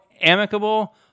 amicable